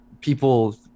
people